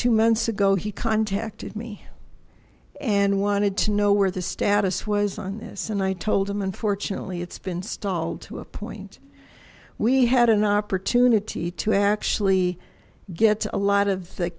two months ago he contacted me and wanted to know where the status was on this and i told him unfortunately it's been stalled to a point we had an opportunity to actually get a lot of the